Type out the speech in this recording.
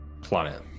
planet